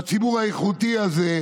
בציבור האיכותי הזה.